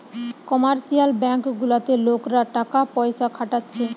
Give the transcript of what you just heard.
commercial bank গুলাতে লোকরা টাকা পয়সা খাটাচ্ছে